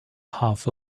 half